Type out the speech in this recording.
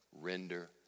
render